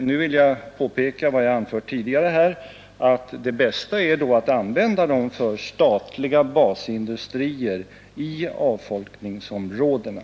Nu vill jag påpeka vad jag anfört tidigare här, nämligen att det bästa är att använda dem för statliga basindustrier i avfolkningsområdena.